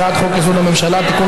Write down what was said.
הצעת חוק-יסוד: הממשלה (תיקון,